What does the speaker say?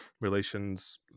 relations